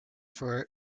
for